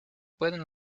pueden